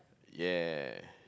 ya